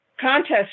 contest